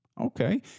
Okay